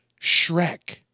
Shrek